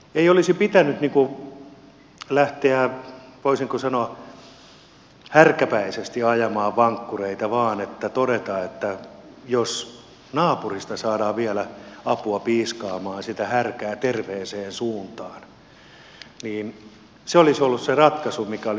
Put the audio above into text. ei olisi pitänyt lähteä voisinko sanoa härkäpäisesti ajamaan vankkureita vaan todeta että jos naapurista saadaan vielä apua piiskaamaan sitä härkää terveeseen suuntaan niin se olisi ollut se ratkaisu mikä olisi ollut